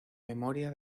memoria